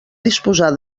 disposar